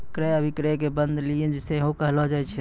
क्रय अभिक्रय के बंद लीजिंग सेहो कहलो जाय छै